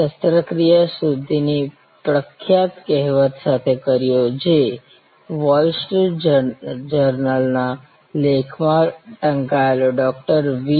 શસ્ત્રક્રિયા સુધીની પ્રખ્યાત કહેવત સાથે કર્યો જે વોલ સ્ટ્રીટ જર્નલના લેખમાંથી ટાંકેલું ડૉ વી